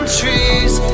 trees